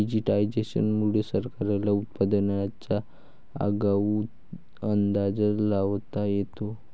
digitisation मुळे सरकारला उत्पादनाचा आगाऊ अंदाज लावता येतो